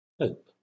hope